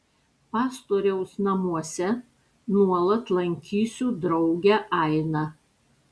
pastoriaus namuose nuolat lankysiu draugę ainą